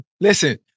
Listen